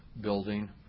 Building